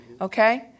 Okay